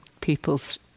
people's